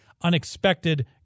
unexpected